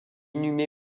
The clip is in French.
inhumée